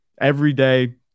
everyday